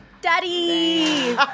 Daddy